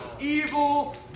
evil